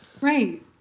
Right